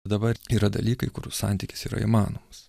dabar yra dalykai kurių santykis yra įmanomas